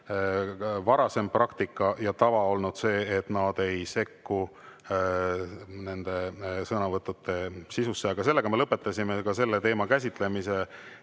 varasem praktika ja tava olnud see, et nad ei sekku nende sõnavõttude sisusse. Me lõpetasime selle teema käsitlemise.